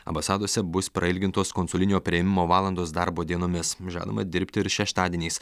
ambasadose bus prailgintos konsulinio priėmimo valandos darbo dienomis žadama dirbti ir šeštadieniais